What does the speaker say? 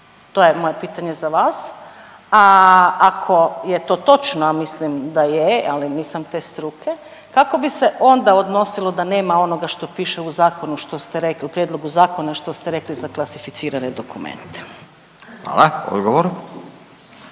To je moje pitanje za vas, a ako je to točno, a mislim da je, ali nisam te struke, kako bi se onda odnosilo da nema onoga što piše u zakonu što ste rekli, u prijedlogu zakona što ste rekli za klasificirane dokumente? **Radin,